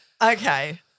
Okay